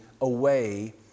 away